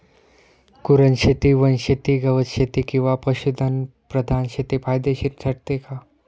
कुरणशेती, वनशेती, गवतशेती किंवा पशुधन प्रधान शेती फायदेशीर ठरते का?